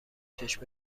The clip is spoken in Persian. چشم